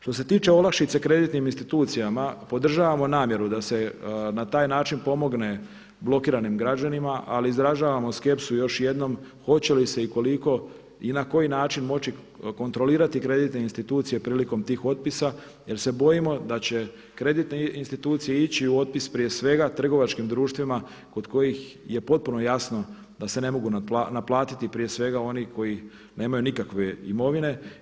Što se tiče olakšice kreditnim institucijama podržavamo namjeru da se na taj način pomogne blokiranim građanima, ali izražavamo skepsu još jednom hoće li se i koliko i na koji način moći kontrolirati kreditne institucije prilikom tih otpisa jer se bojimo da će kreditne institucije ići u otpis prije svega trgovačkim društvima kod kojih je potpuno jasno da se ne mogu naplatiti prije svega oni koji nemaju nikakve imovine.